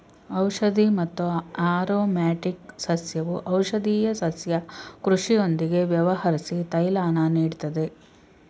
ಔಷಧಿ ಮತ್ತು ಆರೊಮ್ಯಾಟಿಕ್ ಸಸ್ಯವು ಔಷಧೀಯ ಸಸ್ಯ ಕೃಷಿಯೊಂದಿಗೆ ವ್ಯವಹರ್ಸಿ ತೈಲನ ನೀಡ್ತದೆ